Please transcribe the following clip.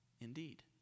indeed